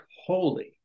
holy